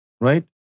right